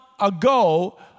ago